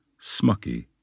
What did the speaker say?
Smucky